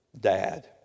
Dad